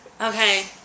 Okay